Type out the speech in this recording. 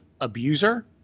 abuser